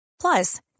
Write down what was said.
Plus